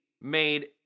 made